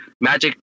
magic